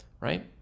right